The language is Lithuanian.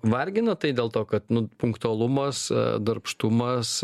vargino tai dėl to kad nu punktualumas darbštumas